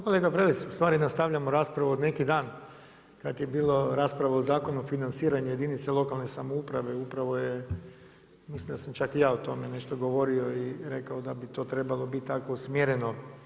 Kolega Prelec, ustvari nastavljamo raspravu od neki dan kad je bila rasprava o Zakonu o financiranju jedinica lokalne samouprave, upravo je, mislim da sam čak i ja o tome nešto govorio i rekao da bi to trebalo biti tako usmjereno.